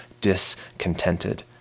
discontented